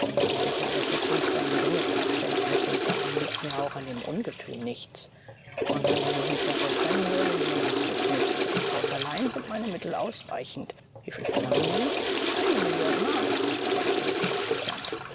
ich habe für kunst ein geringes verständnis und darum liegt mir auch an dem ungetüm nichts und wenn sie sich nicht davon trennen wollen nehmen sie es ruhig mit für das haus allein sind meine mittel ausreichend wieviel verlangen sie eine million mark forderte wutschow kichernd